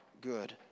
good